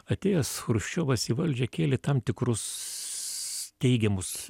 atėjęs chruščiovas į valdžią kėlė tam tikrus teigiamus